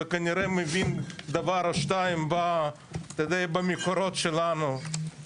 וכנראה מבין דבר או שתיים במקורות שלנו.